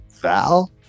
Val